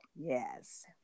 Yes